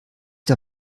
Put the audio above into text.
der